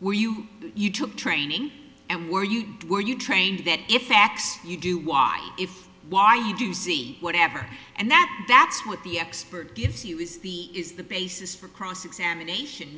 where you you took training and where you were you trained that if x you do y if y you do see whatever and that that's what the expert gives you is the is the basis for cross examination